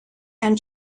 and